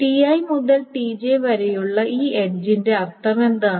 Ti മുതൽ Tj വരെയുള്ള ഈ എഡ്ജിന്റെ അർത്ഥമെന്താണ്